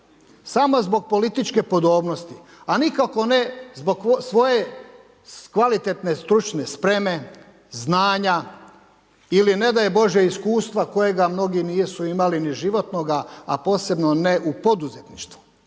samo zbog političke podobnosti, a nikako ne zbog svoje kvalitetne stručne spreme, znanja ili ne daj bože iskustva kojega mnogi nisu imali ni životnoga, a posebno ne u poduzetništvu.